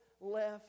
left